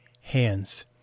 hands